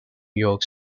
york